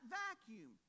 vacuum